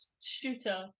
shooter